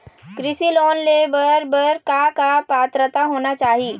कृषि लोन ले बर बर का का पात्रता होना चाही?